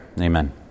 Amen